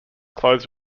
clothes